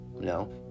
No